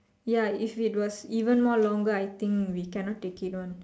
ya if it was even more longer I think we cannot take it one